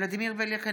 ולדימיר בליאק,